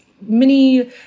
mini